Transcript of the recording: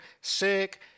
Sick